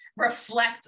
reflect